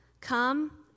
come